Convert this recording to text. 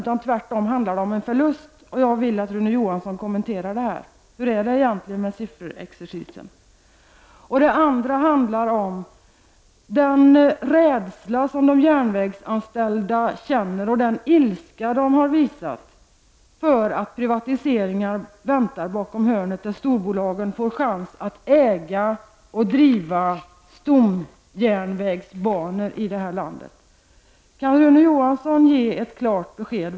Tvärtom handlar det om förlust, och jag vill att Rune Johansson kommenterar detta. Hur är det egentligen med sifferexercisen? För det andra handlar det om den rädsla som de järnvägsanställda känner och den ilska de har visat därför att privatiseringar väntar bakom hörnet, då storbolagen får chansen att äga och driva stomjärnvägsbanor i det här landet. Kan Rune Johansson ge ett klart besked?